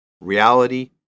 reality